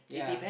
yeah